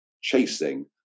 chasing